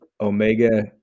Omega